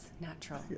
natural